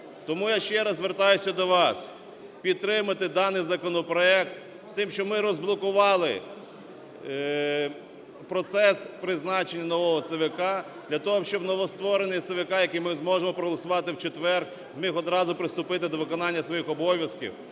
Тому я ще раз звертаюсь до вас підтримати даний законопроект з тим, щоб ми розблокували процес призначення нового ЦВК для того, щоб новостворений ЦВК, який ми зможемо проголосувати в четвер, зміг одразу приступити до виконання своїх обов'язків